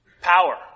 power